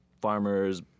farmers